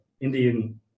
Indian